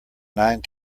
nine